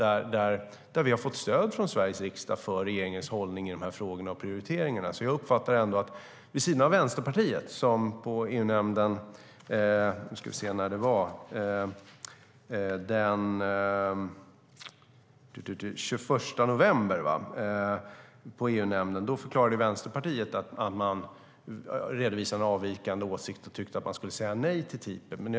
Då har regeringen fått stöd från Sveriges riksdag för sin hållning och prioritering i dessa frågor. På EU-nämnden den 21 november 2014 redovisade Vänsterpartiet en avvikande åsikt och tyckte att Sverige skulle säga nej till TTIP.